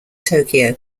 tokyo